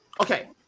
okay